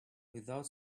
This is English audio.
without